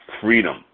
freedom